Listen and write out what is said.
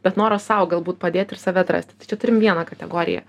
bet noro sau galbūt padėt ir save atrasti tai čia turim vieną kategoriją